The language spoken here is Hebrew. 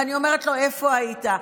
ואני אומרת לו: איפה היית?